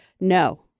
No